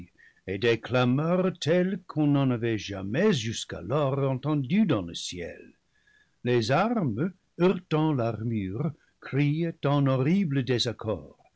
telles qu'on n'en avait jamais jusqu'alors entendu dans le ciel les armes heurtant l'armure crient en horrible désaccord